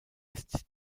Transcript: ist